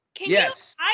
Yes